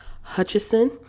Hutchison